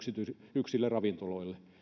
yksille ravintoloille